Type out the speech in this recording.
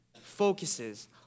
focuses